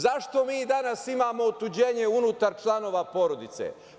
Zašto mi imamo danas otuđenje unutar članova porodice?